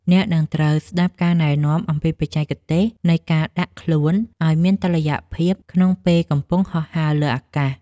អ្នកនឹងត្រូវស្ដាប់ការណែនាំអំពីបច្ចេកទេសនៃការដាក់ខ្លួនឱ្យមានតុល្យភាពក្នុងពេលកំពុងហោះហើរលើអាកាស។